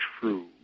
true